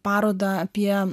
parodą apie